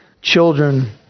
children